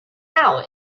out